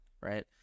Right